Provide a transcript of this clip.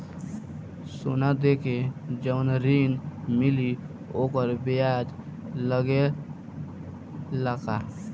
सोना देके जवन ऋण मिली वोकर ब्याज लगेला का?